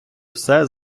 все